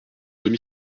demi